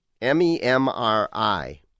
M-E-M-R-I